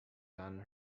dunn